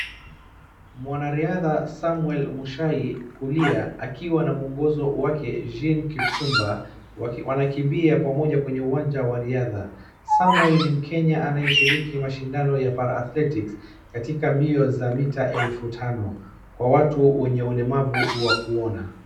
mwanariadha Samuel Muchai kulia akiwa anamwongozo wake Jean Kipchumba wanakimbia pamoja kwenye uwanja wa riadha. Samuel ni mkenya anayeshiriki mashindano ya Para -athletics katika mbio za mita elfu tano kwa watu wenye ulemavu wa kuona.